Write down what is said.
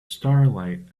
starlight